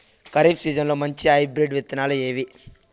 ఖరీఫ్ సీజన్లలో మంచి హైబ్రిడ్ విత్తనాలు ఏవి